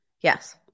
Yes